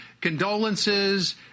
condolences